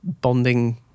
bonding